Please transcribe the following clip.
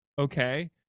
Okay